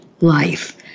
life